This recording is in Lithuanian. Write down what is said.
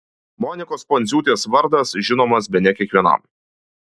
monikos pundziūtės vardas žinomas bene kiekvienam